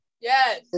yes